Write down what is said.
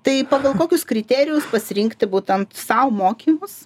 tai pagal kokius kriterijus pasirinkti būtent sau mokymus